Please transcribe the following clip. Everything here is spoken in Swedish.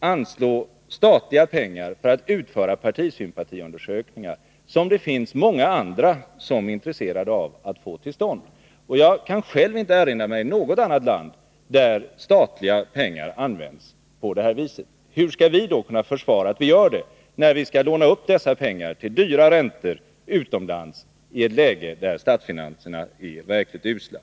anslå statliga pengar för att utföra partisympatiundersökningar, som många andra är intresserade av att få till stånd. Jag kan själv inte erinra mig något annat land där statliga pengar används på detta vis. Hur skall då vi i Sverige kunna försvara att vi gör det, när vi skall låna upp dessa pengar utomlands till dyra räntor i ett läge där statsfinanserna är verkligen usla?